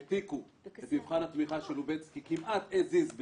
והעתיקו את מבחן התמיכה של לובצקי כמעט as is עם